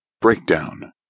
Breakdown